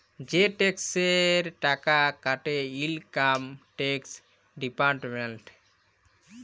যে টেকসের টাকা কাটে ইলকাম টেকস ডিপার্টমেল্ট